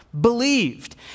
believed